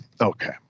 Okay